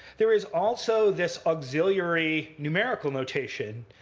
there is also this auxiliary numerical notation.